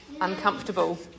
uncomfortable